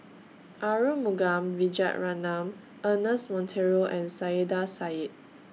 Arumugam Vijiaratnam Ernest Monteiro and Saiedah Said